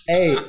Hey